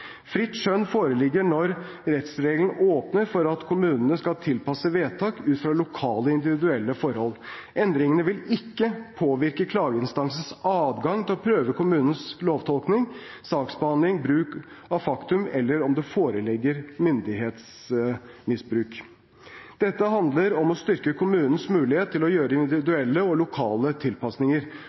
Fritt skjønn foreligger når rettsregelen åpner for at kommunene skal tilpasse vedtak ut fra lokale og individuelle forhold. Endringene vil ikke påvirke klageinstansens adgang til å prøve kommunenes lovtolkning, saksbehandling, bruk av faktum eller om det foreligger myndighetsmisbruk. Dette handler om å styrke kommunenes mulighet til å gjøre individuelle og lokale tilpasninger.